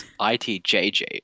ITJJ